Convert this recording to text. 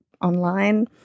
online